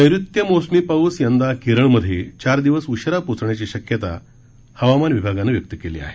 नैऋत्य मोसमी पाऊस यंदा केरळमधे चार दिवस उशिरा पोचण्याची शक्यता हवामान विभागानं व्यक्त केली आहे